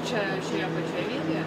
čia šioje pačioj vietoje